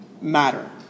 matter